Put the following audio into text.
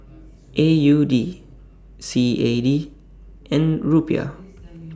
A U D C A D and Rupiah